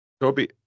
Toby